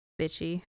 Bitchy